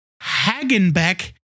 Hagenbeck